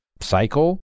cycle